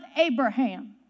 Abraham